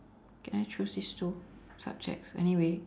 can I choose these two subjects anyway